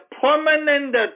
permanent